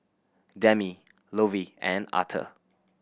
Demi Lovey and Arthur